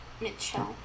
Mitchell